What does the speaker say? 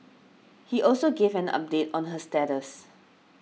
he also gave an update on her status